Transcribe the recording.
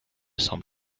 some